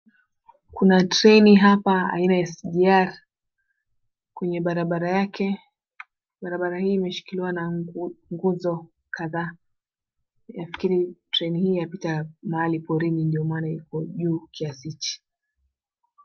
Kuna treni hapa ainia ya sgr kwenye barabara yake, barabara hii imeshikiliwa na nguzo kadhaa. Nafikiri treni hii yapita porini ndo maana iko juu kiasi hichi.